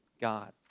God